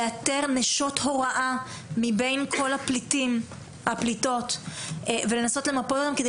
לאתר נשות הוראה מבין כל הפליטות ולנסות למפות אותן כדי